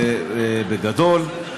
בגדול,